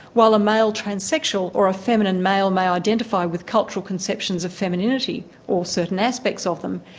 while a male trans-sexual or a feminine male may identify with cultural conceptions of femininity, or certain aspects of them,